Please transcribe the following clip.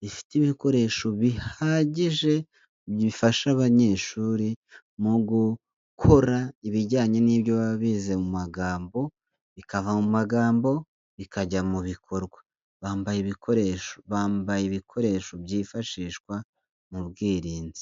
rifite ibikoresho bihagije bifasha abanyeshuri mu gukora ibijyanye n'ibyo baba bize mu magambo, bikava mu magambo bikajya mu bikorwa, bambaye ibikoresho, bambaye ibikoresho byifashishwa mu bwirinzi.